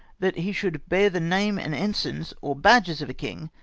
that he should bear the name and ensigns, or badges of a king,